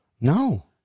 No